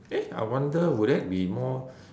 eh I wonder would that be more